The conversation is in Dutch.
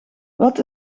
wat